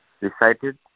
recited